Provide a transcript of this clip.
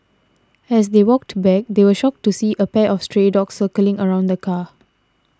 as they walked back they were shocked to see a pack of stray dogs circling around the car